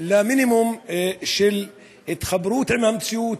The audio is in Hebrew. למינימום של התחברות עם המציאות,